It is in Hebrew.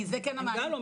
כי זה כן אמרנו,